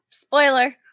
Spoiler